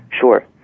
Sure